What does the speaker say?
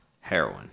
Heroin